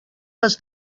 les